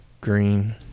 Green